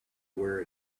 where